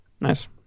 Nice